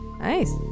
Nice